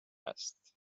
است